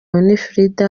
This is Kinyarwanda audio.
winfred